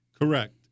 Correct